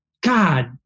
God